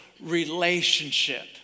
relationship